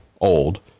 old